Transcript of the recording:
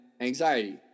anxiety